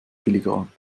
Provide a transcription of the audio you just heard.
filigran